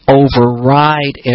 override